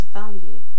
value